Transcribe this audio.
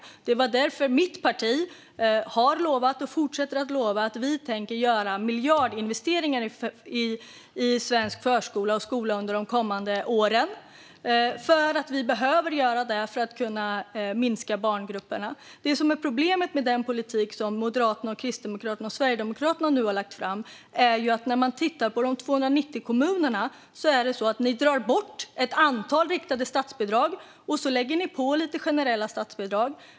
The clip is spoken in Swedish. Det var därför mitt parti lovade, och fortsätter att lova, att göra miljardinvesteringar i svensk förskola och skola under de kommande åren. Vi behöver göra det för att kunna minska barngrupperna. Det finns ett problem med den politik som Moderaterna, Kristdemokraterna och Sverigedemokraterna nu har lagt fram. Man kan titta på de 290 kommunerna. Ni drar bort ett antal riktade statsbidrag, och så lägger ni på lite generella statsbidrag.